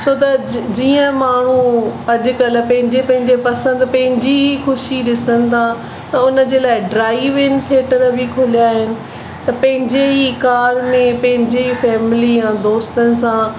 छो त जीअं माण्हू अॼुकल्ह पंहिंजे पंहिंजे पसंदि पंहिंजी ई ख़ुशी ॾिसनि था त हुनजे लाइ ड्राईव इन थिएटर बि खुलिया आहिनि त पंहिंजे ही कार में पंहिंजे ई फैमिलीअ दोस्तनि सां